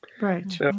Right